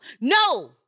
No